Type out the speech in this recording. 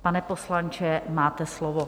Pane poslanče, máte slovo.